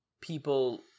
people